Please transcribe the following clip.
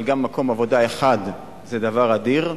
אבל גם מקום עבודה אחד זה דבר אדיר,